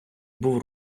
був